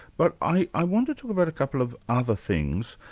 but i i wanted to provide a couple of other things,